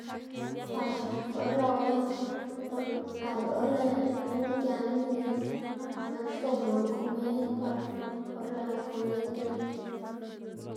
par or lëꞌwu por par or lëꞌ guꞌn giend i x̱iꞌk nak xtop man komid par or lëꞌ komid giend.